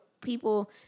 people